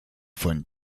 von